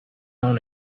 own